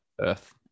Earth